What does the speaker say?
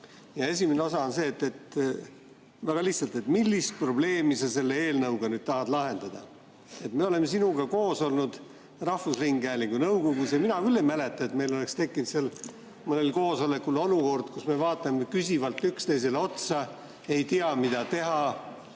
osa. Esimene osa on väga lihtne: millist probleemi sa selle eelnõuga tahad lahendada? Me oleme olnud sinuga koos rahvusringhäälingu nõukogus. Mina küll ei mäleta, et meil oleks tekkinud mõnel koosolekul olukord, kus me vaatame küsivalt üksteisele otsa, ei tea, mida teha,